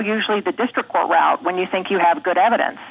usually the district route when you think you have good evidence